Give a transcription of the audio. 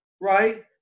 right